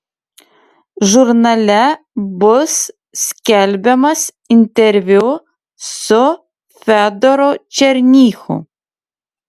žurnale bus skelbiamas interviu su fedoru černychu